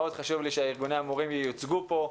מאוד חשוב לי שארגוני המורים ייוצגו פה.